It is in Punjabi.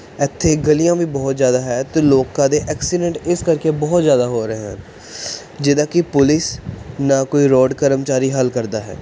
ਇੱਥੇ ਗਲੀਆਂ ਵੀ ਬਹੁਤ ਜ਼ਿਆਦਾ ਹੈ ਅਤੇ ਲੋਕਾਂ ਦੇ ਐਕਸੀਡੈਂਟ ਇਸ ਕਰਕੇ ਬਹੁਤ ਜ਼ਿਆਦਾ ਹੋ ਰਹੇ ਹਨ ਜਿਹਦਾ ਕਿ ਪੁਲਿਸ ਨਾ ਕੋਈ ਰੋਡ ਕਰਮਚਾਰੀ ਹੱਲ ਕਰਦਾ ਹੈ